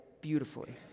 beautifully